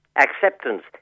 acceptance